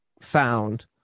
found